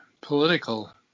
political